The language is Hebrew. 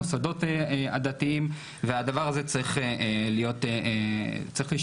המוסדות הדתיים והדבר הזה צריך להשתנות.